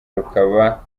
rukaba